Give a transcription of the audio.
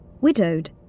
Widowed